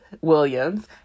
Williams